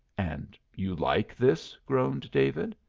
and you like this? groaned david.